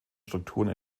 strukturen